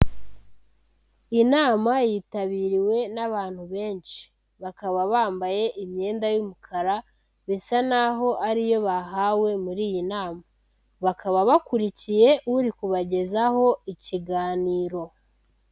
Inama yitabiriwe n'abantu benshi, bakaba bambaye imyenda y'umukara. Bisa n'aho ariyo bahawe muri iyi nama, bakaba bakurikiye uri kubagezaho ikiganiro.